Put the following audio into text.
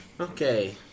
Okay